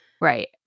Right